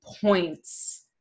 points